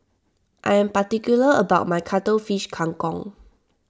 I am particular about my Cuttlefish Kang Kong